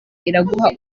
iraguha